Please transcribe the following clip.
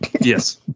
Yes